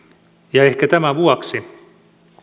ja ehkä tämän vuoksi